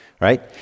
Right